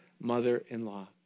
mother-in-law